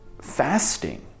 fasting